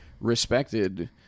respected